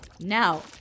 Now